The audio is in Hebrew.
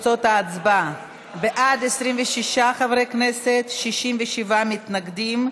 בעד, 26 חברי כנסת, 67 מתנגדים.